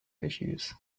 issues